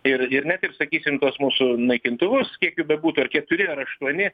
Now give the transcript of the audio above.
ir ir ne tik sakysim tuos mūsų naikintuvus kiek jų bebūtų ar keturi ar aštuoni